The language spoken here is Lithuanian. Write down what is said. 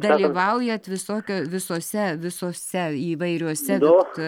dalyvaujat visokio visose visose įvairiuose vikto